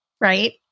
right